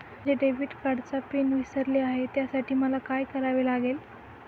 माझ्या डेबिट कार्डचा पिन विसरले आहे त्यासाठी मला काय करावे लागेल?